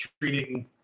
treating